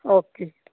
okay